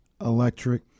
electric